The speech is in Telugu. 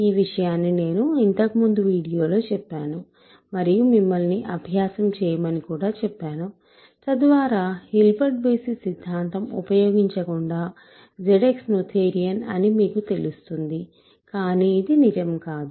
ఈ విషయాన్ని నేను ఇంతకు ముందు వీడియోలో చెప్పాను మరియు మిమ్మల్ని అభ్యాసం చేయమని కూడా చెప్పాను తద్వారా హిల్బర్ట్ బేసిస్ సిద్ధాంతం ఉపయోగించకుండా ZX నోథేరియన్ అని మీకు తెలుస్తుంది కానీ ఇది నిజం కాదు